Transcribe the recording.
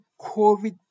COVID